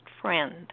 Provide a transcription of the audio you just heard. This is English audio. friend